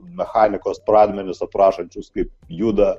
mechanikos pradmenis aprašančius kaip juda